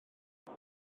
dydy